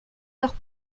leurs